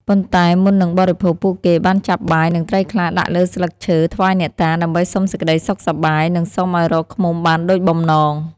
ប៉ុន្តែមុននឹងបរិភោគ ពួកគេបានចាប់បាយ និងត្រីខ្លះដាក់លើស្លឹកឈើថ្វាយអ្នកតា ដើម្បីសុំសេចក្តីសុខសប្បាយ និងសុំឲ្យរកឃ្មុំបានដូចបំណង។